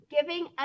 giving